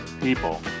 people